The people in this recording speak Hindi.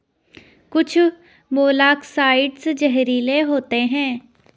कुछ मोलॉक्साइड्स जहरीले होते हैं